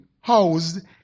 housed